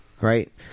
Right